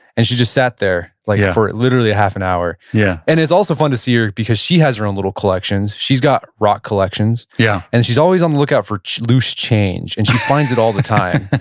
and she just sat there like for literally half an hour. yeah and it's also fun to see her because she has her own little collections, she's got rock collections. yeah and she's always on the lookout for loose change. and she finds it all the time.